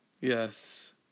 Yes